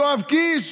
יואב קיש,